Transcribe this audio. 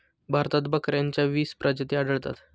भारतात बकऱ्यांच्या वीस प्रजाती आढळतात